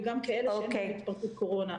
וגם כאלה שאין בהם התפרצות קורונה.